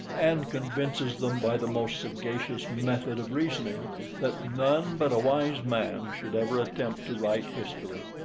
and convinces them by the most sagacious method of reasoning that none but a wise man should ever attempt to write history.